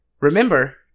Remember